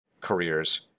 careers